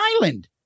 Island